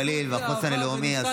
הגליל והחוסן הלאומי,